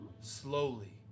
slowly